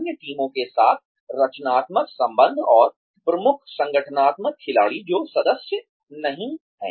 अन्य टीमों के साथ रचनात्मक संबंध और प्रमुख संगठनात्मक खिलाड़ी जो सदस्य नहीं हैं